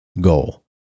goal